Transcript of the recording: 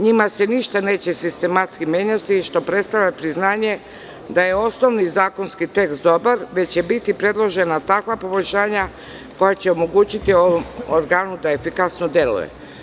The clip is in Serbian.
Njima se ništa neće sistematski menjati, što predstavlja priznanje da je osnovni zakonski tekst dobar, da će biti predložena takva poboljšanja koja će omogućiti ovom organu da efikasno deluje.